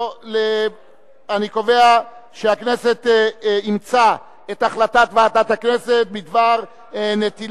אני קובע שהכנסת אימצה את החלטת ועדת הכנסת בדבר